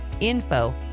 info